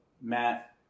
Matt